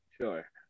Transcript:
Sure